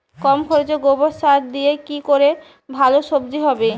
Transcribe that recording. কম খরচে গোবর সার দিয়ে কি করে ভালো সবজি হবে?